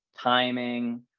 timing